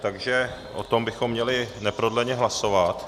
Takže o tom bychom měli neprodleně hlasovat.